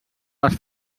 les